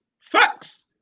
Facts